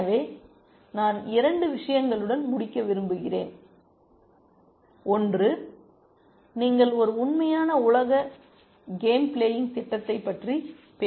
எனவே நான் இரண்டு விஷயங்களுடன் முடிக்க விரும்புகிறேன் ஒன்று நீங்கள் ஒரு உண்மையான உலக கேம் பிளேயிங் திட்டத்தைப் பற்றி பேசுகிறீர்கள்